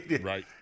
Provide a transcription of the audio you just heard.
Right